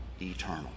eternal